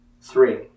three